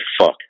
fuck